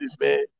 man